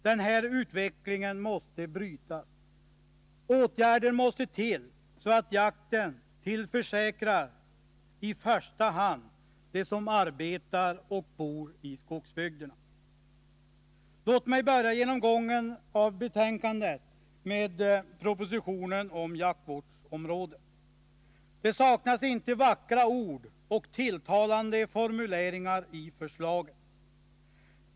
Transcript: Den här utvecklingen måste brytas — åtgärder måste till så att jakten tillförsäkras i första hand dem som arbetar och bor i skogsbygderna. Låt mig börja genomgången av betänkandet med propositionen om jaktvårdsområden. Det saknas inte vackra ord och tilltalande formuleringar i förslaget.